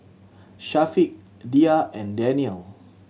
Syafiq Dhia and Daniel